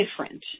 different